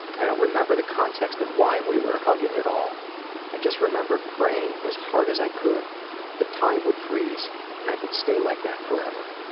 i don't remember the context of why we were hugging at all i just remember praying as hard as i could that time would freeze and i could stay like that forever.